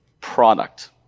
product